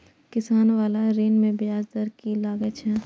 किसान बाला ऋण में ब्याज दर कि लागै छै?